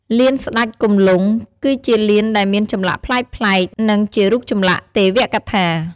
លានស្ដេចគំលង់ គឺជាលានដែលមានចម្លាក់ប្លែកៗ និងជារូបចម្លាក់ទេវកថា។